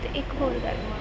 ਅਤੇ ਇੱਕ ਹੋਰ ਗੱਲ